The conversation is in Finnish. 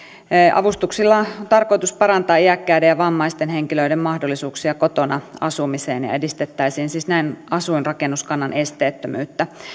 avustuksilla on tarkoitus parantaa iäkkäiden ja vammaisten henkilöiden mahdollisuuksia kotona asumiseen ja näin edistettäisiin siis asuinrakennuskannan esteettömyyttä ja